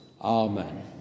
Amen